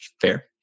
Fair